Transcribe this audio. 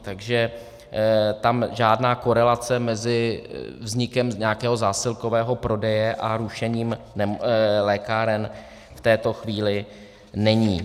Takže tam žádná korelace mezi vznikem nějakého zásilkového prodeje a rušením lékáren v této chvíli není.